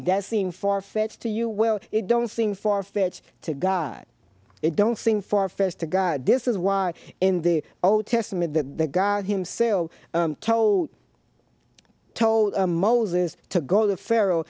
does seem far fetched to you well it don't seem farfetched to god it don't seem farfetched to god this is why in the old testament the god himself told told moses to go to pharaoh